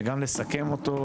וגם לסכם אותו,